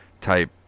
type